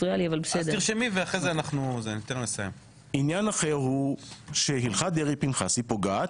עניין אחר הוא הלכת דרעי-פנחסי פוגעת,